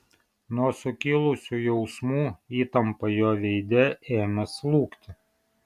nuo sukilusių jausmų įtampa jo veide ėmė slūgti